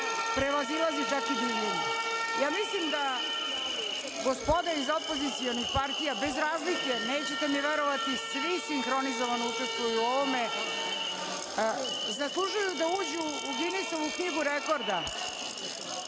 prevazilazi čak i divljenje. Mislim da gospoda iz opozicionih partija bez razlike, nećete mi verovati svi sinhronizovano učestvuju u ovome zaslužuju da uđu u Ginisovu knjigu rekorda